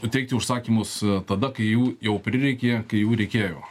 pateikti užsakymus tada kai jų jau prireikė kai jau reikėjo